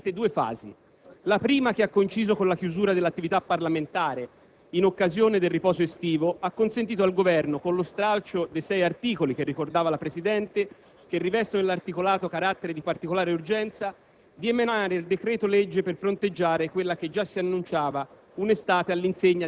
Il provvedimento oggi in esame in quest'Aula ha conosciuto nei lavori della Commissione sostanzialmente due fasi: la prima, che ha coinciso con la chiusura dell'attività parlamentare in occasione del riposo estivo, ha consentito al Governo, con lo stralcio, ricordato dalla Presidente, dei sei articoli che rivestivano nell'articolato carattere di particolare urgenza,